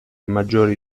maggiori